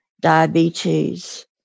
diabetes